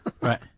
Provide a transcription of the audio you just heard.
Right